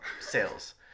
Sales